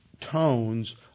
tones